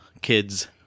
kids